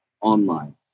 online